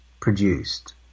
produced